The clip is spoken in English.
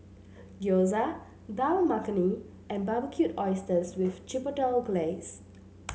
Gyoza Dal Makhani and Barbecued Oysters with Chipotle Glaze